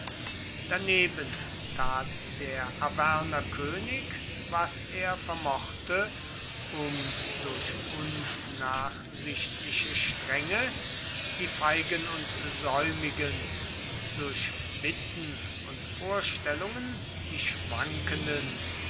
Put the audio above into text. daneben tat der arvernerkönig was er vermochte um durch unnachsichtliche strenge die feigen und säumigen durch bitten und vorstellungen die schwankenden